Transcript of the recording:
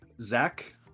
Zach